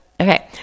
Okay